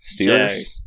Steelers